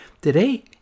Today